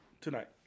tonight